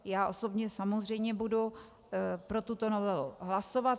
Já osobně samozřejmě budu pro tuto novelu hlasovat.